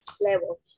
level